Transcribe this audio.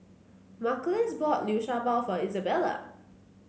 Marcellus bought Liu Sha Bao for Isabela